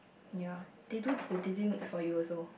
ya they do the daily mix for you also